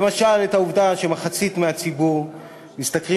למשל עם העובדה שמחצית מהציבור משתכרים